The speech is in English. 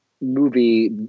movie